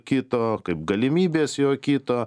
kito kaip galimybės jo kito